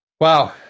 Wow